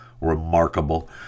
remarkable